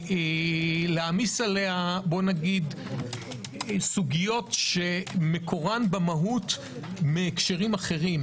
להעמיס עליה סוגיות שמקורן במהות מהקשרים אחרים,